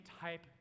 type